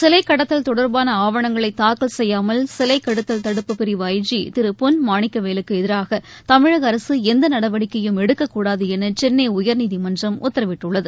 சிலை கடத்தல் தொடர்பான ஆவணங்களை தாக்கல் செய்யாமல் சிலைக்கடத்தல் தடுப்புப் பிரிவு ஐ ஜி திரு பொன் மாணிக்கவேலுக்கு எதிராக தமிழக அரசு எந்த நடவடிக்கையும் எடுக்கக்கூடாத என சென்னை உயா்நீதிமன்றம் உத்தரவிட்டுள்ளது